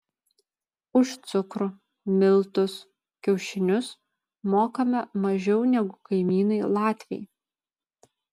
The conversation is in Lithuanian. už cukrų miltus kiaušinius mokame mažiau negu kaimynai latviai